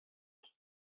that